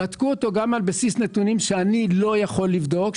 בדקו אותו גם על בסיס נתונים שאני לא יכול לבדוק,